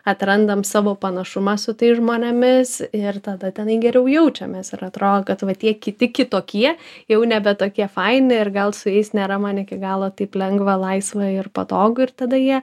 atrandam savo panašumą su tais žmonėmis ir tada tenai geriau jaučiamės ir atrodo kad va tie kiti kitokie jau nebe tokie faini ir gal su jais nėra man iki galo taip lengva laisva ir patogu ir tada jie